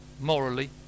morally